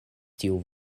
tiu